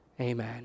Amen